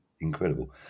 incredible